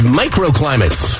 microclimates